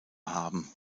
haben